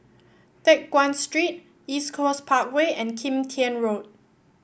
Teck Guan Street East Coast Parkway and Kim Tian Road